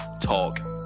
Talk